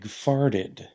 farted